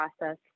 process